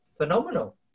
Phenomenal